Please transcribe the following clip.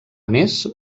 més